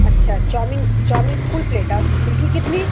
अच्छा अच्छा chow mein chow mein full plate और फुल्की कितनी